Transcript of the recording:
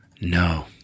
No